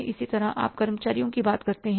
इसी तरह आप कर्मचारियों की बात करते हैं